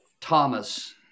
Thomas